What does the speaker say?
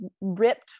ripped